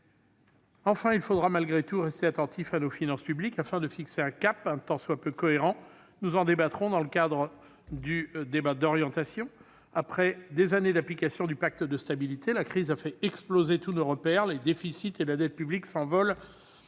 Enfin, il faudra malgré tout rester attentifs à nos finances publiques, afin de fixer un cap un tant soit peu cohérent : nous en discuterons dans le cadre du débat d'orientation des finances publiques. Après des années d'application du pacte de stabilité, la crise a fait exploser tous nos repères : les déficits et la dette publique s'envolent